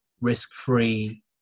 risk-free